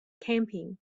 camping